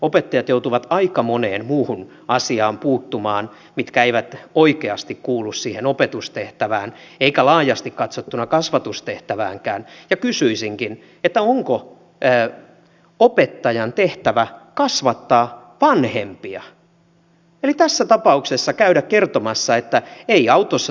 opettajat joutuvat puuttumaan aika moneen muuhun asiaan mitkä eivät oikeasti kuulu opetustehtävään eivätkä laajasti katsottuna kasvatustehtäväänkään ja kysyisinkin onko opettajan tehtävä kasvattaa vanhempia eli tässä tapauksessa käydä kertomassa että ei autossa saa tupakoida